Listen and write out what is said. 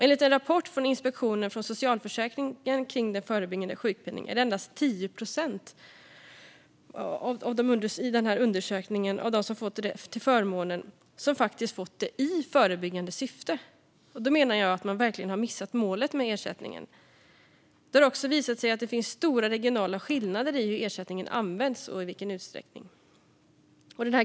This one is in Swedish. Enligt en rapport från Inspektionen för socialförsäkringen kring den förebyggande sjukpenningen är det endast 10 procent av dem som har fått förmånen som faktiskt har fått den i förebyggande syfte. Då menar jag att man verkligen har missat målet med ersättningen. Det har också visat sig att det finns stora regionala skillnader i hur ersättningen används och i vilken utsträckning.